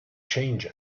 change